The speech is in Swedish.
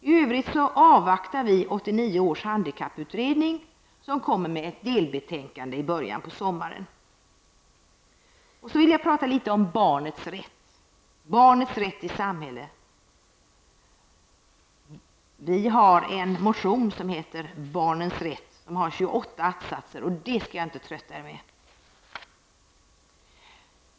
I övrigt vill vi avvakta 1989 års handikapputredning, som kommer att framlägga ett delbetänkande i början av sommaren. Så vill jag tala litet om barnets rätt i samhället. Vi har väckt en motion som heter ''Barnens rätt'', som innehåller 28 att-satser. Dessa skall jag inte trötta er med.